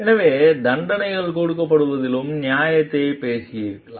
எனவே தண்டனைகள் கொடுப்பதிலும் நியாயத்தை யோசிக்கலாம்